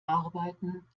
arbeiten